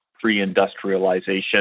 pre-industrialization